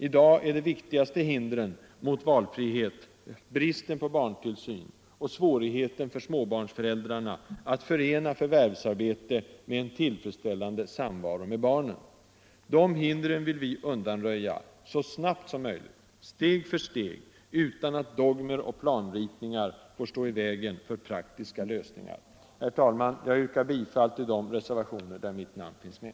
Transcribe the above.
I dag är de viktigaste hindren för valfrihet bristen på barntillsyn och svårigheten för småbarnsföräldrarna att förena förvärvsarbete med en tillfredsställande samvaro med barnen. De hindren vill vi undanröja så snabbt som möjligt, steg för steg utan att dogmer och planritningar får stå i vägen för praktiska lösningar. Herr talman! Jag yrkar bifall till de reservationer där mitt namn finns med.